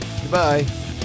Goodbye